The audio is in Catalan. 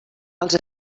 els